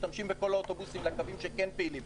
משתמשים בכל האוטובוסים לקווים שכן פעילים.